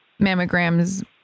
mammograms